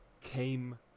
came